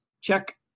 check